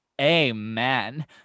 Amen